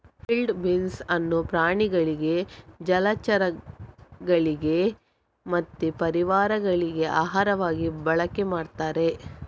field beans ಅನ್ನು ಪ್ರಾಣಿಗಳಿಗೆ ಜಲಚರಗಳಿಗೆ ಮತ್ತೆ ಪಾರಿವಾಳಗಳಿಗೆ ಆಹಾರವಾಗಿ ಬಳಕೆ ಮಾಡ್ತಾರೆ